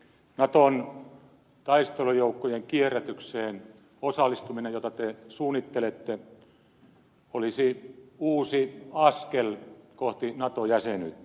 naton taistelujoukkojen kierrätykseen osallistuminen jota te suunnittelette olisi uusi askel kohti nato jäsenyyttä